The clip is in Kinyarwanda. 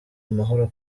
amahoro